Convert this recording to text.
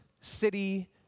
city